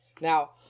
Now